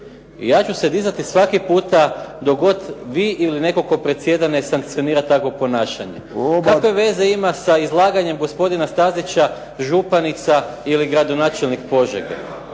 Ja ću se dizati svaki puta dok god vi ili netko tko predsjeda ne sankcionira takvo ponašanje. Kakve veze ima sa izlaganjem gospodina Stazića županica ili gradonačelnik Požege?